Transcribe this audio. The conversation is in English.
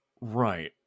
Right